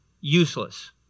useless